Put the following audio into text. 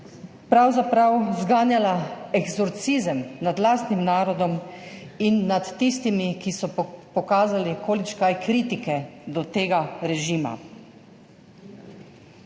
pravzaprav zganjala eksorcizem nad lastnim narodom in nad tistimi, ki so pokazali količkaj kritike do tega režima.